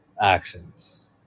actions